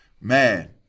man